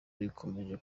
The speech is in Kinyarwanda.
rikomeje